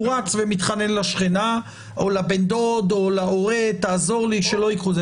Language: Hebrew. הוא רץ ומתחנן לשכנה או לבן דוד או להורה שיעזור לו כדי שלא ייקחו".